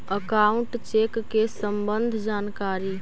Account check के सम्बन्ध जानकारी?